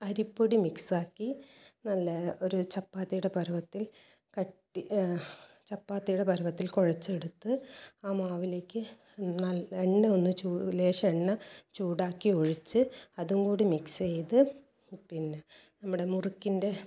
അരിപ്പൊടി മിക്സ് ആക്കി നല്ല ഒരു ചപ്പാത്തിയുടെ പരുവത്തിൽ കട്ടി ചപ്പാത്തിയുടെ പരുവത്തിൽ കുഴച്ചെടുത്ത് ആ മാവിലേക്ക് ന എണ്ണ ഒന്നുചൂ ലേശം എണ്ണ ചൂടാക്കി ഒഴിച്ച് അതും കൂടി മിക്സ് ചെയ്ത് പിന്നെ നമ്മുടെ മുറുക്കിൻ്റെ